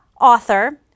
author